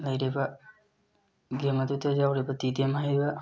ꯂꯩꯔꯤꯕ ꯒꯦꯝ ꯑꯗꯨꯗ ꯌꯥꯎꯔꯤꯕ ꯇꯤ ꯗꯤ ꯑꯦꯝ ꯍꯥꯏꯔꯤꯕ